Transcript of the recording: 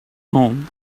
home